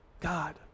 God